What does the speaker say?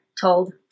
told